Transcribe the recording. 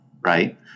right